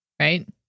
right